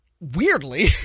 Weirdly